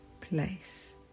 place